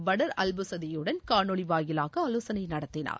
படர் அல்புசைதியுடன் காணொலி வாயிலாக ஆலோசனை நடத்தினார்